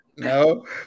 No